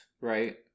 right